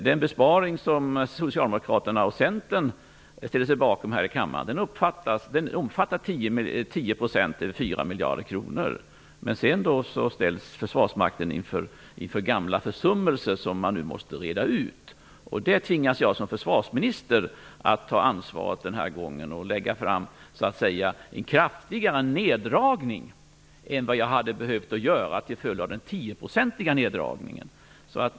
Den besparing som Socialdemokraterna och Centern ställde sig bakom omfattar 10 % eller 4 miljarder kronor. Sedan har Försvarsmakten ställts inför gamla försummelser som man nu måste reda ut. Den här gången tvingas jag som försvarsminister ta ansvar och lägga fram förslag om en kraftigare neddragning än vad jag hade behövt att göra till följd av den 10 procentiga neddragningen.